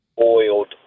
oiled